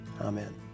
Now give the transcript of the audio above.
Amen